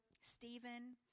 Stephen